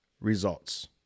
results